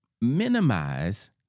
Minimize